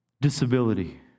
disability